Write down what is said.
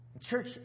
Church